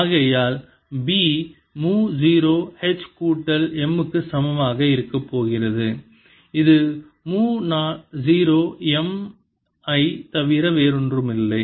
ஆகையால் B மு 0 H கூட்டல் M க்கு சமமாக இருக்கப் போகிறது இது மு 0 M ஐத் தவிர வேறொன்றுமில்லை